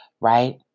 right